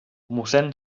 mossèn